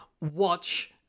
watch